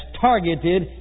targeted